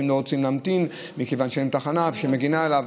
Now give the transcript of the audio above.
לא רוצים להמתין מכיוון שאין תחנה שמגינה עליהם.